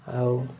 ଆଉ